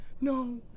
No